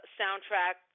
soundtrack